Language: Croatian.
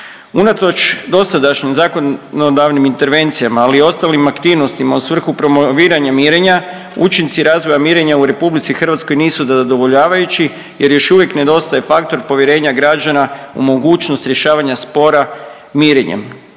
dosadašnjim zakonodavnim intervencijama, ali i ostalim aktivnostima u svrhu promoviranja mirenja učinci razvoja mirenja u RH nisu zadovoljavajući jer još uvijek nedostaje faktor povjerenja građana u mogućnost rješavanja spora mirenjem,